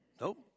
Nope